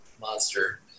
monster